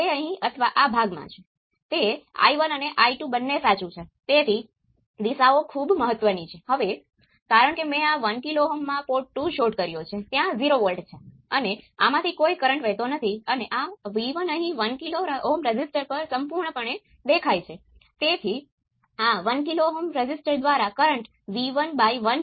તેથી હવે આમાંથી આપણી પાસે બે પોર્ટના વોલ્ટેજ અને કરંટ ને લગતા બે ઇક્વેશન V1 V2 I1 અને I2 ને દૂર કરીએ છીએ